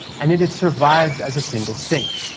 and it had survived as a single state.